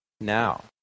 now